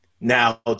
now